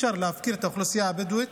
אי-אפשר להפקיר את האוכלוסייה הבדואית